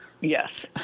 Yes